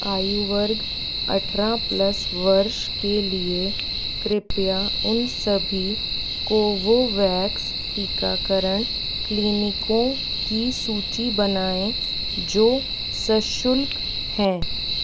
आयु वर्ग अठारह प्लस वर्ष के लिए कृपया उन सभी कोवोवैक्स टीकाकरण क्लीनिकों की सूची बनाएँ जो सशुल्क हैं